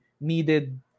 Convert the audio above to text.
needed